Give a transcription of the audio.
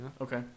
Okay